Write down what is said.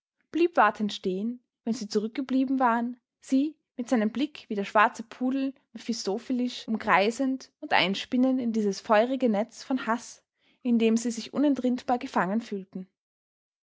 blieb wartend stehen wenn sie zurückgeblieben waren sie mit seinem blick wie der schwarze pudel mephistophelisch umkreisend und einspinnend in dieses feurige netz von haß in dem sie sich unentrinnbar gefangen fühlten